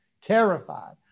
terrified